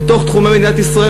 לתוך תחומי מדינת ישראל,